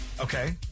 Okay